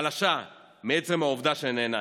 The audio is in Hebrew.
חלשה, מעצם העובדה שנאנסתי.